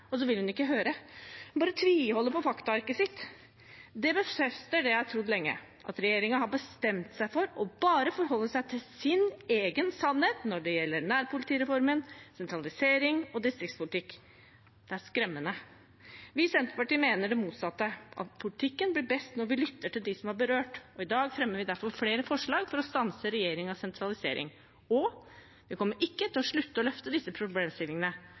og så vil hun ikke høre. Hun bare tviholder på faktaarket sitt. Det befester det jeg har trodd lenge, at regjeringen har bestemt seg for bare å forholde seg til sin egen sannhet når det gjelder nærpolitireformen, sentralisering og distriktspolitikk. Det er skremmende. Vi i Senterpartiet mener det motsatte, at politikken blir best når vi lytter til dem som er berørt. I dag fremmer vi derfor flere forslag for å stanse regjeringens sentralisering, og vi kommer ikke til å slutte å løfte disse problemstillingene,